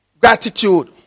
gratitude